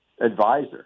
advisor